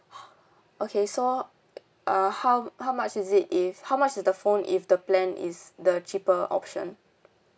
okay so uh how how much is it if how much is the phone if the plan is the cheaper option